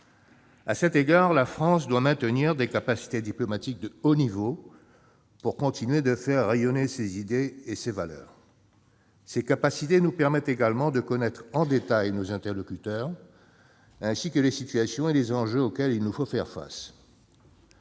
À cet égard, la France doit maintenir des capacités diplomatiques de haut niveau pour continuer de faire rayonner ses idées et ses valeurs. Ces capacités nous permettent également de connaître en détail nos interlocuteurs, ainsi que les situations et les enjeux auxquels il nous faut faire face.